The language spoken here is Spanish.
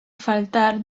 faltar